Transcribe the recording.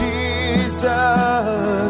Jesus